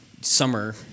summer